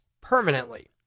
permanently